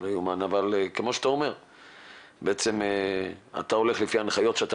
אבל כמו שאתה אומר בעצם אתה הולך לפי ההנחיות שאתה